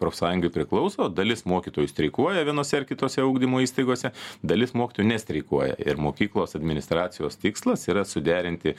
profsąjungai priklauso dalis mokytojų streikuoja vienose ar kitose ugdymo įstaigose dalis mokytojų nestreikuoja ir mokyklos administracijos tikslas yra suderinti